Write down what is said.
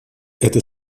это